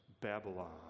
Babylon